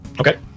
okay